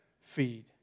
feed